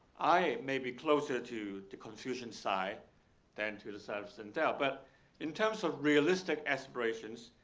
i may be closer to the confucian side than to the side of sandel. but in terms of realistic aspirations,